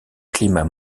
climat